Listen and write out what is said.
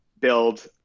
build